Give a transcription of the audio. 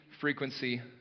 frequency